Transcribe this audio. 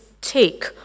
take